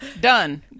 done